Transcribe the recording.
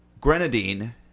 grenadine